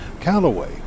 Callaway